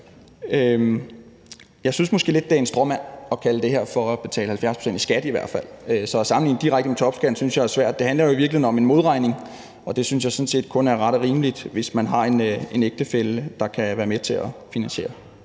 Jeg synes måske lidt, at det er en stråmand at kalde det for, at man skal betale 70 pct. i skat, i hvert fald. Så at sammenligne det direkte med topskatten synes jeg er svært. Det handler jo i virkeligheden om en modregning, og det synes jeg sådan set kun er ret og rimeligt hvis man har en ægtefælle der kan være med til at finansiere